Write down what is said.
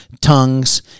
tongues